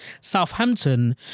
Southampton